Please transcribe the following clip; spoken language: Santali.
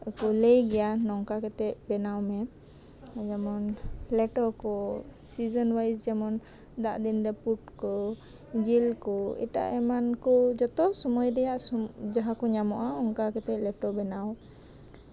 ᱠᱚ ᱞᱟᱹᱭ ᱜᱮᱭᱟ ᱱᱚᱝᱠᱟ ᱠᱟᱛᱮᱜ ᱵᱮᱱᱟᱣ ᱢᱮ ᱡᱮᱢᱚᱱ ᱞᱮᱴᱚ ᱥᱤᱡᱮᱱ ᱳᱣᱟᱭᱤᱥᱟ ᱡᱮᱢᱚᱱ ᱫᱟᱜ ᱫᱤᱱ ᱨᱮ ᱯᱩᱴᱠᱟᱹ ᱡᱤᱞ ᱠᱚ ᱮᱴᱟᱜ ᱮᱢᱟᱱ ᱠᱚ ᱡᱚᱛᱚ ᱥᱚᱢᱚᱭ ᱨᱮᱱᱟᱜ ᱡᱟᱸᱦᱟ ᱠᱚ ᱧᱟᱢᱚᱜᱼᱟ ᱚᱱᱟᱠᱚ ᱥᱚᱢᱚᱭ ᱨᱮᱱᱟᱜ ᱞᱮᱴᱚ ᱵᱮᱱᱟᱣ